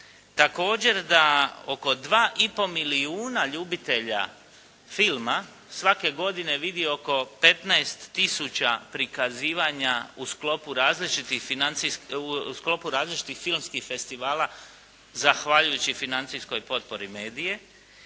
Također da oko 2 i pol milijuna ljubitelja filma svake godine vidi oko 15 tisuća prikazivanja u sklopu različitih filmskih festivala zahvaljujući financijskoj potpori Media-a.